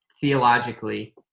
theologically